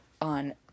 on